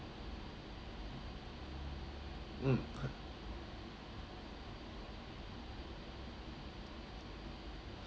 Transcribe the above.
mm